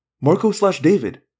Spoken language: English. Marco-slash-David